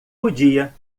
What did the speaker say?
podia